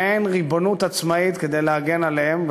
מעין ריבונות עצמאית, כדי להגן עליהם.